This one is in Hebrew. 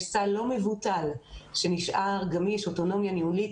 יש סל לא מבוטל שנשאר גמיש - אוטונומיה ניהולית.